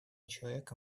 человека